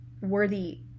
worthy